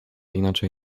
inaczej